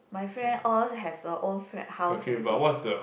my friend all have their own flat house already